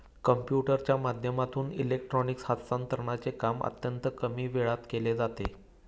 कम्प्युटरच्या माध्यमातून इलेक्ट्रॉनिक हस्तांतरणचे काम अत्यंत कमी वेळात केले जाते